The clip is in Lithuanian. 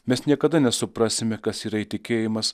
mes niekada nesuprasime kas yra įtikėjimas